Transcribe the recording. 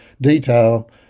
detail